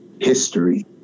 history